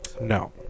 No